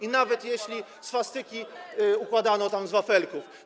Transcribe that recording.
i nawet jeśli swastyki układano tam z wafelków.